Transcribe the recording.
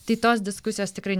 tai tos diskusijos tikrai ne